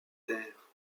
terre